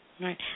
Right